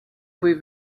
with